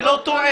אני לא טועה.